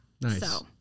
Nice